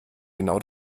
genau